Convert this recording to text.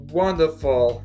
wonderful